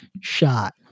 shot